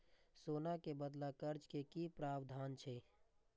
सोना के बदला कर्ज के कि प्रावधान छै?